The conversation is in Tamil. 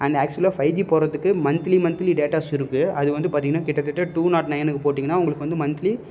அண்ட் ஆக்சுவலாக ஃபைவ் ஜி போடுறதுக்கு மந்த்லி மந்த்லி டேட்டாஸ் இருக்குது அது வந்து பார்த்தீங்கன்னா கிட்ட தட்ட டூ நாட் நயனுக்கு போட்டீங்கன்னா உங்களுக்கு வந்து மந்த்லி